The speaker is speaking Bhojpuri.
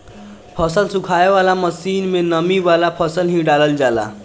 फसल सुखावे वाला मशीन में नमी वाला फसल ही डालल जाला